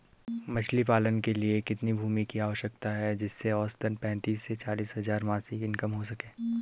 मछली पालन के लिए कितनी भूमि की आवश्यकता है जिससे औसतन पैंतीस से चालीस हज़ार मासिक इनकम हो सके?